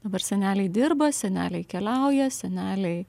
dabar seneliai dirba seneliai keliauja seneliai